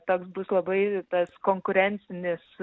toks bus labai tas konkurencinis